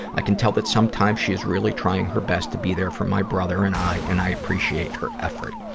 i can tell that sometimes she is really trying her best to be there for my brother and i, and i really appreciate her effort.